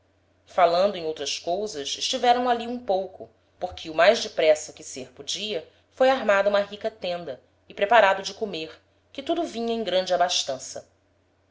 falando em outras cousas estiveram ali um pouco porque o mais depressa que ser podia foi armada uma rica tenda e preparado de comer que tudo vinha em grande abastança